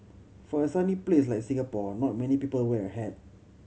for a sunny place like Singapore not many people wear a hat